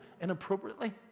inappropriately